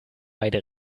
beide